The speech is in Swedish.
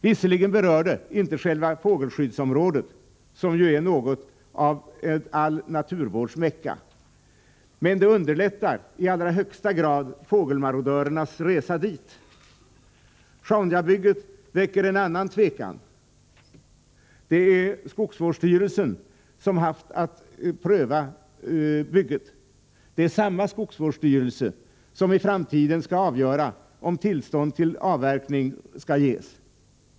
Visserligen berör det inte själva fågelskyddsområdet, som ju är något av all naturvårds Mecka, men det underlättar i allra högsta grad fågelmarodörernas resa dit. Sjaunjabygget väcker också en annan osäkerhet. Det är skogsvårdsstyrelsen som haft till uppgift att pröva bygget. Det är samma skogsvårdsstyrelse som i framtiden skall avgöra om tillstånd till avverkning skall ges.